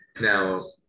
Now